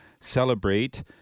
celebrate